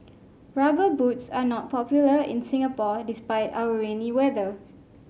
Rubber Boots are not popular in Singapore despite our rainy weather